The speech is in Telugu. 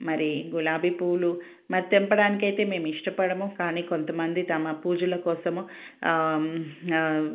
మరి గులాబీ పూలు మరి తెంపడానికి అయితే మేము ఇష్టపడము కానీ కొంతమంది తమ పూజలు కోసము